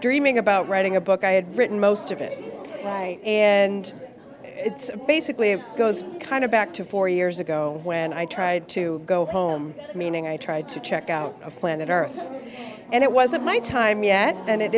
dreaming about writing a book i had written most of it and it's basically it goes kind of back to four years ago when i tried to go home meaning i tried to check out of planet earth and it wasn't my time yet and it